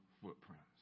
footprints